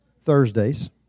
Thursdays